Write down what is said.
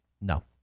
no